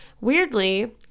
Weirdly